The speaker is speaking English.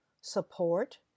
support